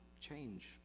change